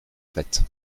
faites